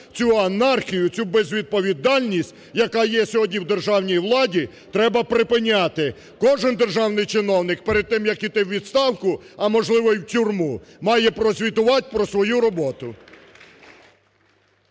цю анархію, цю безвідповідальність, яка є сьогодні в державній владі, треба припиняти. Кожен державний чиновник перед тим, як йти у відставку, а можливо і в тюрму, має прозвітувати про свою роботу.